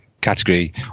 category